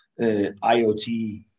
IoT